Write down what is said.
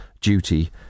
duty